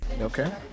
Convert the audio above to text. okay